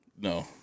no